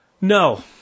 No